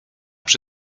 przy